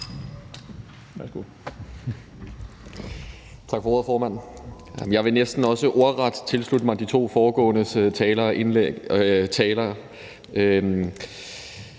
Tak for ordet, formand. Jeg vil næsten også ordret tilslutte mig de to foregående talere.